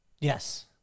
Yes